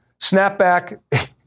snapback